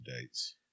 dates